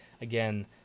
again